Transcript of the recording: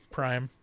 Prime